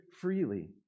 freely